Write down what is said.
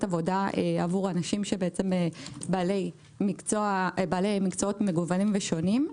עבודה עבור אנשים בעלי מקצועות מגוונים ושונים.